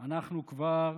אנחנו כבר